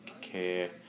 care